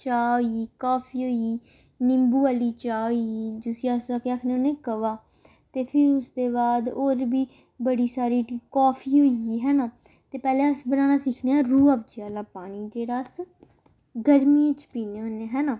चाह् होई गेई काफी होई गेई निंबू आह्ली चाह् होई गेई जिसी अस केह् आखने होन्ने काह्वा ते फिर उसदे बाद होर बी बड़ी सारी काफी होई गेई है ना ते पैह्लें अस बनाना सिक्खने आं रूह् अफ्जे आह्ला पानी जेह्ड़ा अस गर्मियें च पीन्ने होन्ने हैना